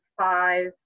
five